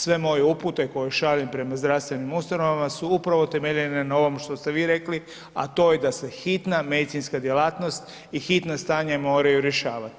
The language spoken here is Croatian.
Sve moje upute koje šaljem prema zdravstvenim ustanovama su upravo temeljene na ovom što ste vi rekli, a to je da se hitna medicinska djelatnosti i hitna stanja moraju rješavati.